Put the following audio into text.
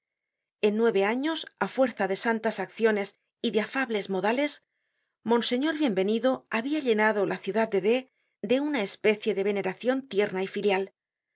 en nueve años á fuerza de santas acciones y de afables modales monseñor bienvenido habia llenado la ciudad de d de una especie de veneracion tierna y filial